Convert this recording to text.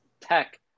Tech